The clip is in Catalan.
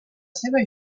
seva